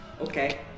okay